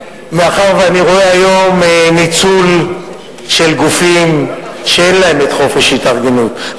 מאחר שאני רואה היום ניצול של גופים שאין להם חופש התארגנות,